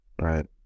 Right